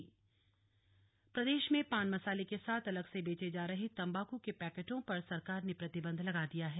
तंबाकू बैन प्रदेश में पान मसाले के साथ अलग से बेचे जा रहे तंबाकू के पैकेटों पर सरकार ने प्रतिबंध लगा दिया है